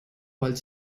while